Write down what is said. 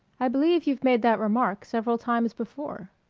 i believe you've made that remark several times before.